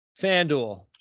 FanDuel